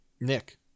Nick